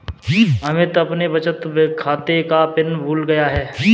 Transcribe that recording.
अमित अपने बचत खाते का पिन भूल गया है